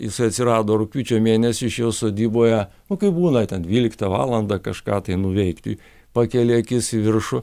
jisai atsirado rugpjūčio mėnesį iš jo sodyboje o kai būna ten dvyliktą valandą kažką tai nuveikti pakelia akis į viršų